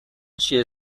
she